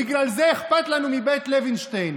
בגלל זה אכפת לנו מבית לוינשטיין.